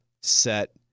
set